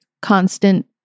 constant